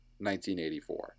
1984